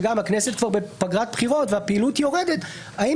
שהכנסת כבר בפגרת בחירות והפעילות יורדת האם